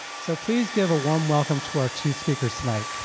so, please give a warm welcome to our two speakers tonight.